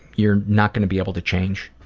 you're not going to be able to change